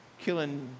killing